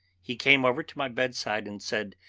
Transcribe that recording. he came over to my bedside and said